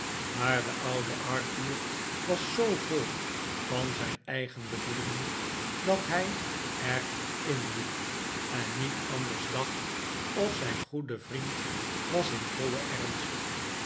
maar de oude arthur was zoo vol van zijn eigen bedoelingen dat hij er in liep en niet anders dacht of zijn goede vriend was in vollen ernst